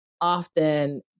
often